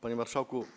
Panie Marszałku!